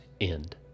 end